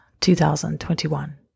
2021